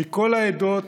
מכל העדות,